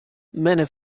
many